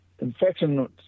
Infection